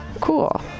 Cool